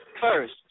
first